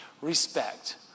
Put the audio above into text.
respect